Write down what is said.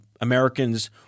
Americans